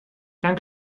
dank